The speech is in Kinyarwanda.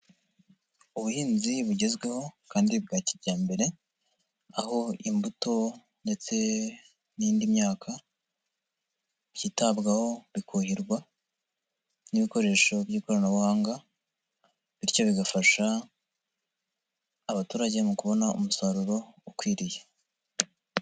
Ubuhinzi bugezweho kandi bwa kijyambere, aho imbuto ndetse n'indi myaka byitabwaho bikuhirwa n'ibikoresho by'ikoranabuhanga, bityo bigafasha abaturage mu kubona umusaruro ukwiriye.